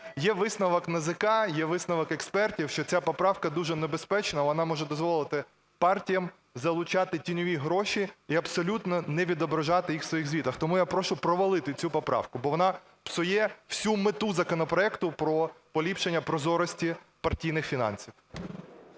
Є висновок НАЗК, є висновок експертів, що ця поправка дуже небезпечна. Вона може дозволити партіям залучати тіньові гроші і абсолютно не відображати їх у своїх звітах. Тому я прошу провалити цю поправку, бо вона псує всю мету законопроекту про поліпшення прозорості партійних фінансів.